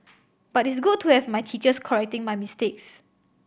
but it's good to have my teachers correcting my mistakes